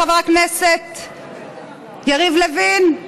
חבר הכנסת יריב לוין,